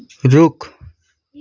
रुख